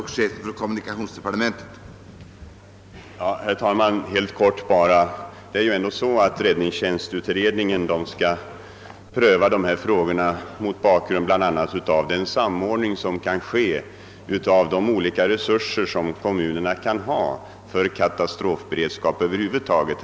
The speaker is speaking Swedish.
Herr talman! Räddningstjänstutredningen skall pröva dessa frågor mot bakgrunden av bl.a. den samordning som kan göras av de olika resurser kommunerna kan ha för katastrofberedskap över huvud taget.